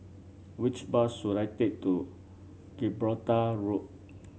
which bus should I take to Gibraltar Road